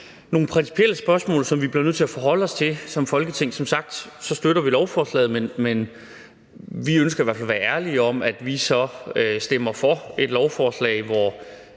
nogle principielle spørgsmål, som vi bliver nødt til at forholde os til som Folketing. Som sagt støtter vi lovforslaget, men vi ønsker i hvert fald at være ærlige om, at vi så stemmer for et lovforslag, hvor